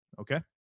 okay